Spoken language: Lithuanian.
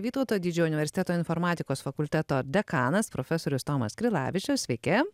vytauto didžiojo universiteto informatikos fakulteto dekanas profesorius tomas krilavičius sveiki